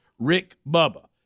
rickbubba